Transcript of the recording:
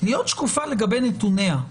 להיות שקופה לגבי נתוניה.